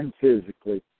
physically